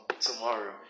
tomorrow